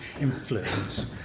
influence